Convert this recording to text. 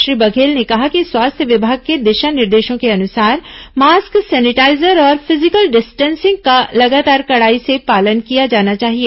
श्री बघेल ने कहा कि स्वास्थ्य विभाग के दिशा निर्देशों के अनुसार मास्क सेनिटाईजर और फिजिकल डिस्टेंसिंग का लगातार कड़ाई से पालन किया जाना चाहिए